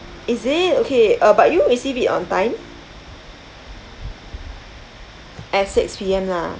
is it okay uh but you receive it on time at six P_M lah